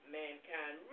mankind